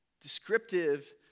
descriptive